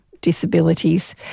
disabilities